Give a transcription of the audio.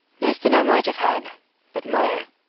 less than i might have had but mair,